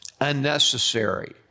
Unnecessary